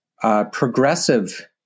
progressive